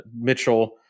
Mitchell